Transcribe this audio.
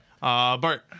Bart